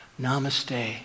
Namaste